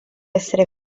essere